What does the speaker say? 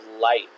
light